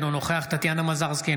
אינו נוכח טטיאנה מזרסקי,